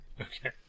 Okay